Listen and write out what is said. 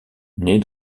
naît